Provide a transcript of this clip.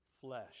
flesh